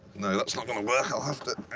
no, that's not going to work. i'll have to.